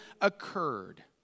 occurred